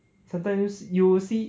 sometimes you see